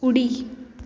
उडी